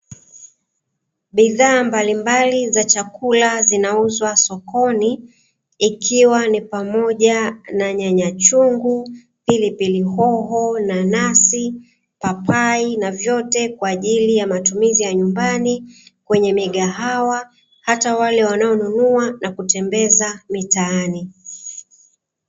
Bidhaa mbalimbali za chakula zinauzwa sokoni ikiwa ni pamoja na nyanya chungu, pilipili hoho, nanasi, papai, na vyote kwa ajili ya matumizi ya nyumbani kwenye migahawa hata wale wanaonunua na kutembeza mitaani.